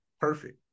perfect